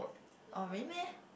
oh rain meh